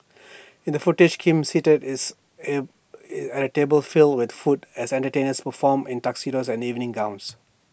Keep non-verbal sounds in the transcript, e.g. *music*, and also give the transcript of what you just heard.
in the footage Kim seated is *hesitation* at A table filled with food as entertainers perform in tuxedos and evening gowns